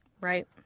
Right